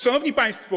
Szanowni Państwo!